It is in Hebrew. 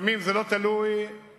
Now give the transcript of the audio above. לפעמים זה לא תלוי בממשלה,